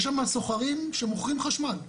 יש שם סוחרים שמוכרים חשמל,